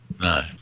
No